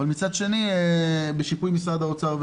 אבל מצד שני בשיפוי משרד האוצר.